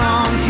on